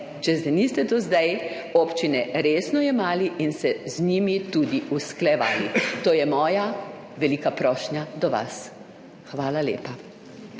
če zdaj niste do zdaj občine resno jemali in se z njimi tudi usklajevali. To je moja velika prošnja do vas. Hvala lepa.